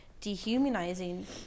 dehumanizing